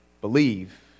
believe